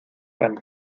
pan